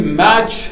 match